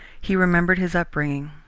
he remembered his upbringing,